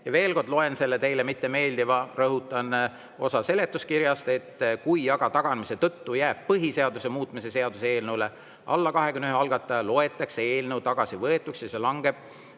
Ja veel kord loen ette selle teile mitte meeldiva, rõhutan, osa seletuskirjast: kui aga taganemise tõttu jääb põhiseaduse muutmise seaduse eelnõule alla 21 algataja, siis loetakse eelnõu tagasi võetuks ja see langeb